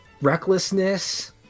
recklessness